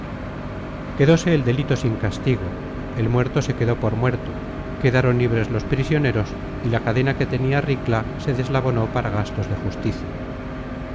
pareció quedóse el delito sin castigo el muerto se quedó por muerto quedaron libres los prisioneros y la cadena que tenia ricla se deslabonó para gastos de justicia